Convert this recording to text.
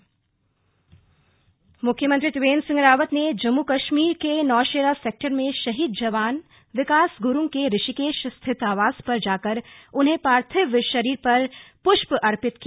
श्रद्वांजलि मुख्यमंत्री त्रिवेन्द्र सिंह रावत ने जम्म कश्मीर के नौशेरा सेक्टर में शहीद जवान विकास गुरूंग के ऋषिकेश स्थित आवास पर जाकर उनके पार्थिव शरीर पर पुष्प अर्पित किया